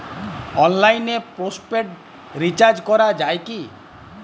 অনলাইনে postpaid recharge করা যায় কি?